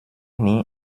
nie